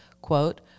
quote